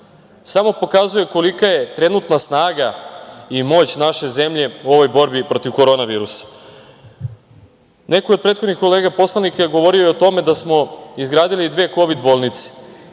samo pokazuje kolika je trenutna snaga i moć naše zemlje u ovoj borbi protiv Korona virusa. Neko je od prethodnih kolega poslanika govorio o tome da smo izgradili dve Kovid bolnice.